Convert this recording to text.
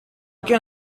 can